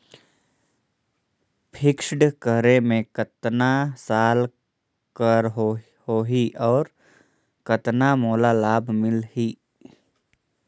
Fixed करे मे कतना साल कर हो ही और कतना मोला लाभ मिल ही?